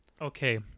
Okay